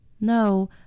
No